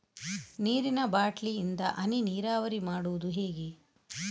ನೀರಿನಾ ಬಾಟ್ಲಿ ಇಂದ ಹನಿ ನೀರಾವರಿ ಮಾಡುದು ಹೇಗೆ?